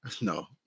No